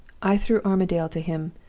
i threw armadale to him,